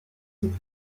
cette